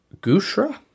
Gushra